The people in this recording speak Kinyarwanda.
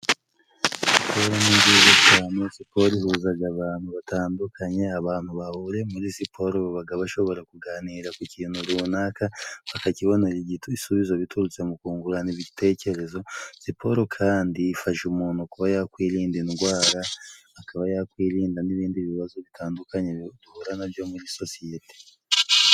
Siporo ni nziza cyane siporo ihuzaga abantu batandukanye, abantu bahuriye muri siporo babaga bashobora kuganira ku kintu runaka, bakakibonera ibisubizo biturutse mu kungurana ibitekerezo. Siporo kandi ifasha umuntu kuba yakwirinda indwara, akaba yakwirinda n'ibindi bibazo bitandukanye duhura nabyo muri sosiyete.